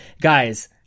Guys